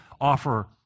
offer